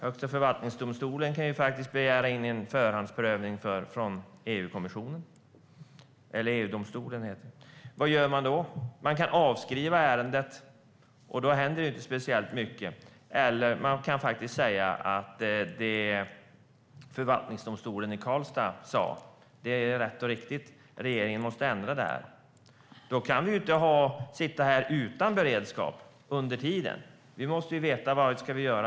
Högsta förvaltningsdomstolen kan faktiskt begära in en förhandsprövning från EU-domstolen. Vad gör man då? Man kan avskriva ärendet. Då händer inte speciellt mycket. Eller man kan faktiskt säga det Förvaltningsrätten i Karlstad sa, nämligen att det är rätt och riktigt att regeringen måste ändra beslutet. Vi kan inte sitta utan beredskap under tiden utan vi måste veta vad vi ska göra.